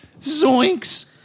Zoinks